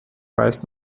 weiß